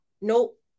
Nope